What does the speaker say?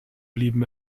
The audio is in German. blieben